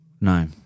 No